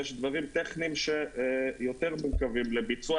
יש דברים טכניים שיותר מורכבים לביצוע.